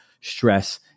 stress